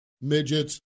midgets